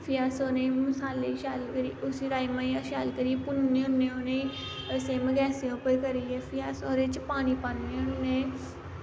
फ्ही अस उनेंई मसालेई शैल करियै उस्सी राजमाहें अस शैल करिया भुन्नने होने उनें गैस आॉन करियै फ्ही अस ओह्दे च पानी पान्ने होन्ने